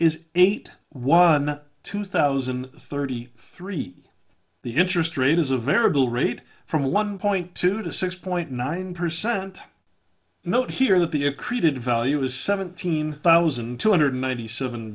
is eight one two thousand and thirty three the interest rate is a variable rate from one point two to six point nine percent note here that the it created value is seventeen thousand two hundred ninety seven